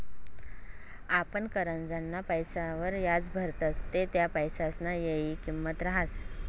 आपण करजंना पैसासवर याज भरतस ते त्या पैसासना येयनी किंमत रहास